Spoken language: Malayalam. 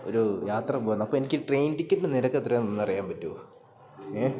ഒരൂ യാത്ര പോവന്ന് അപ്പം എനിക്ക് ട്രെയിൻ ടിക്കറ്റിന് നിരക്ക് എത്രയാന്ന് ഒന്ന് അറിയാൻ പറ്റുമോ ഏഹ്